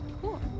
Cool